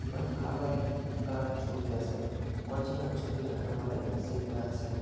মানে ভালো একটা কালারের ছবি আসে অরজিনাল ছবি যেটাকে বলে সেইটা আসে